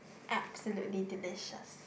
absolutely delicious